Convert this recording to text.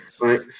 right